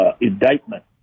indictment